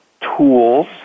tools